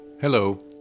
Hello